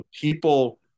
people